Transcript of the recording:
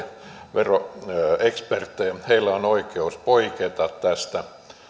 veroeksperttejä heillä on oikeus poiketa tästä